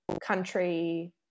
country